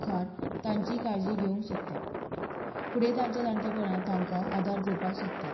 मुखार तांची काळजी घेवंक सोदतां फुडें तांच्या जाण्टेपणार तांकां आदार दिवपाक सोदतां